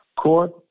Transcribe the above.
Court